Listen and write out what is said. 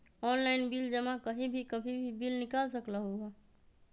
Online bill जमा कहीं भी कभी भी बिल निकाल सकलहु ह?